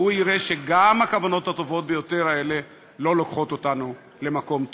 הוא יראה שגם הכוונות הטובות ביותר האלה לא לוקחות אותנו למקום טוב.